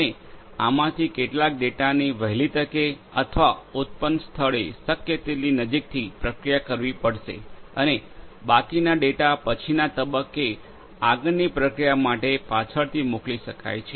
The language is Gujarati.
અને આમાંથી કેટલાક ડેટાની વહેલી તકે અથવા ઉત્પન્ન સ્થળે શક્ય તેટલી નજીકથી પ્રક્રિયા કરવી પડશે અને બાકીના ડેટા પછીના તબક્કે આગળની પ્રક્રિયા માટે પાછળથી મોકલી શકાય છે